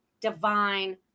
divine